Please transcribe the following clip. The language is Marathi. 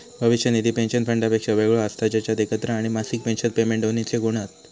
भविष्य निधी पेंशन फंडापेक्षा वेगळो असता जेच्यात एकत्र आणि मासिक पेंशन पेमेंट दोन्हिंचे गुण हत